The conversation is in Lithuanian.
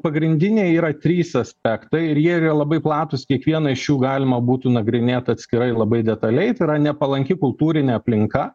pagrindiniai yra trys aspektai ir jie yra labai platūs kiekvieną iš jų galima būtų nagrinėt atskirai labai detaliai tai yra nepalanki kultūrinė aplinka